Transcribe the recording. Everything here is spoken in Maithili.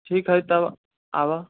ठीक है तब आबऽ